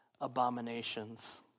abominations